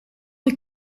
die